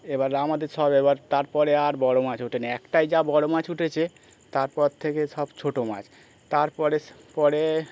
এবার আমাদের সব এবার তারপরে আর বড়ো মাছ উঠে না একটাই যা বড়ো মাছ উঠেছে তারপর থেকে সব ছোটো মাছ তারপরে পরে